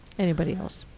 anybody else?